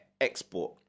export